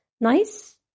nice